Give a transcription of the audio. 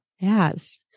Yes